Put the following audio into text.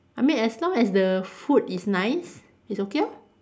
I mean as long as the food is nice it's okay lor